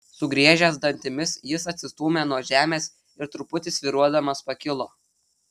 sugriežęs dantimis jis atsistūmė nuo žemės ir truputį svyruodamas pakilo